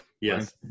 Yes